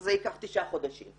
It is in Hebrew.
זה ייקח תשעה חודשים.